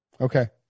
Okay